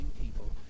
people